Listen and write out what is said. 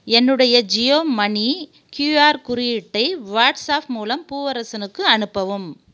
என்னுடைய ஜியோ மணி க்யூஆர் குறியீட்டை வாட்ஸாப் மூலம் பூவரசனுக்கு அனுப்பவும்